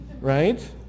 Right